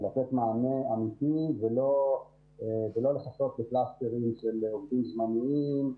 ולתת מענה אמיתי ולא לחכות לעובדים זמניים,